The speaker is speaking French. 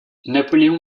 napoléon